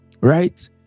right